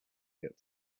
get